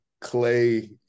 Clay